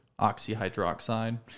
oxyhydroxide